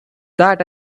that